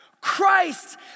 Christ